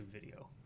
video